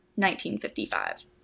1955